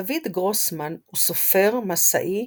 דוד גרוסמן הוא סופר, מסאי,